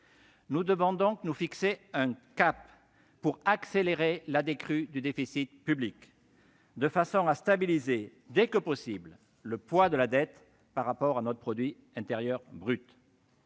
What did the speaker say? Nous devons donc nous fixer un cap pour accélérer la décrue du déficit public, de façon à stabiliser dès que possible le poids de la dette par rapport à notre produit intérieur brut.